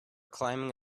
climbing